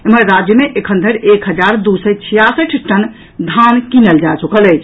एम्हर राज्य मे एखन धरि एक हजार दू सय छियासठि टन धान कीनल जा चुकल अछि